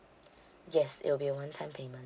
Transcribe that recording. yes it will be a one time payment